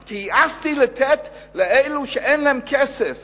כי העזתי לתת לאלו שאין להם כסף